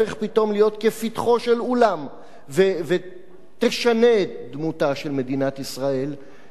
אולם ותשנה את דמותה של מדינת ישראל כמדינה ציונית.